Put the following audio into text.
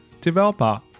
developer